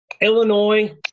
Illinois